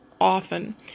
often